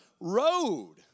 road